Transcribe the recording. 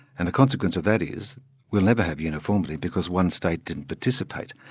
and the consequence of that is we'll never have uniformity because one state didn't participate.